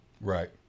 Right